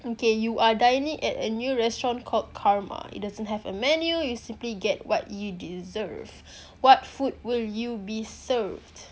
okay you are dining at a new restaurant called karma it doesn't have a menu you simply get what you deserve what food will you be served